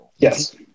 Yes